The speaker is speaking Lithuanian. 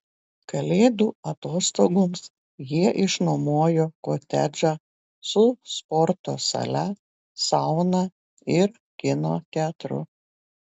kalėdų atostogoms jie išsinuomojo kotedžą su sporto sale sauna ir kino teatru